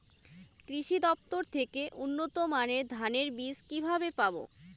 কৃষি দফতর থেকে উন্নত মানের ধানের বীজ কিভাবে পাব?